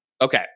Okay